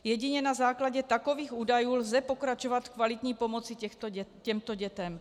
Jedině na základě takových údajů lze pokračovat v kvalitní pomoci těmto dětem.